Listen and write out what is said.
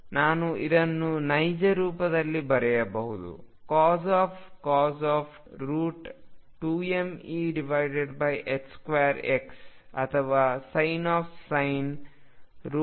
ನಾನು ಇದನ್ನು ನೈಜ ರೂಪದಲ್ಲಿ ಬರೆಯಬಹುದು cos 2mE2x ಅಥವಾ sin 2mE2x